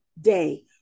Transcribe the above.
day